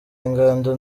ingando